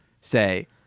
say